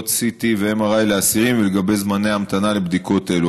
CT ו-MRI לאסירים ולגבי זמני המתנה לבדיקות אלו.